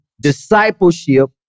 discipleship